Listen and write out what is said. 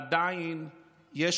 עדיין יש